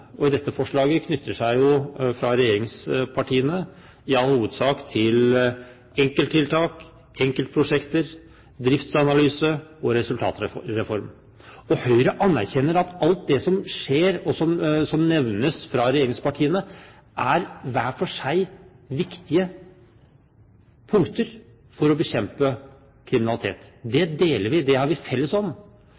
og på dette forslaget knytter regjeringspartiene i all hovedsak til enkelttiltak, enkeltprosjekter, driftsanalyse og resultatreform. Høyre anerkjenner at alt som skjer, og som nevnes av regjeringspartiene, hver for seg er viktige punkter for å bekjempe kriminalitet. Det